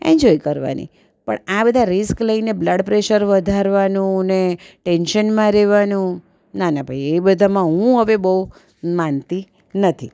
enjoy કરવાની પણ આ બધા રિસ્ક લઈને બ્લડ પ્રેસર વધારવાનું ને ટેન્શનમાં રહેવાનું ના ના ભાઈ એ બધામાં હવે હું બહુ માનતી નથી